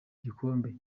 gikombe